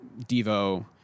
Devo